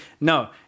No